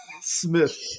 Smith